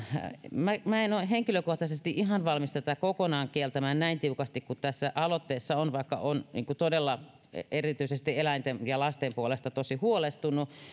minä minä en ole henkilökohtaisesti ihan valmis tätä kokonaan kieltämään näin tiukasti kuin tässä aloitteessa on vaikka olen todella erityisesti eläinten ja lasten puolesta tosi huolestunut